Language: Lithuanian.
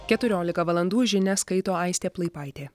keturiolika valandų žinias skaito aistė plaipaitė